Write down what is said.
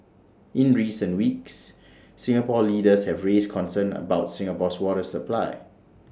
in recent weeks Singapore leaders have raised concerns about Singapore's water supply